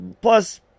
Plus